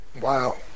Wow